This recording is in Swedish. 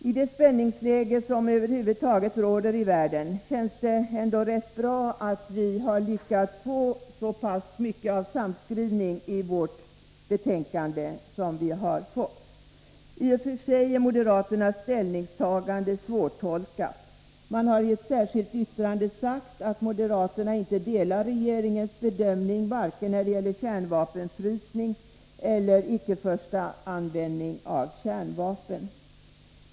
I det spänningsläge som råder i världen känns det ändå bra att vi har lyckats få så pass mycket av samskrivning i vårt betänkande som vi har fått. I och för sig är moderaternas ställningstagande svårtolkat. Moderaterna har i ett särskilt yttrande sagt att de inte delar regeringens bedömning vare sig när det gäller kärnvapenfrysning eller icke-förstaanvändning, non-first use, av kärnvapen.